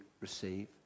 receive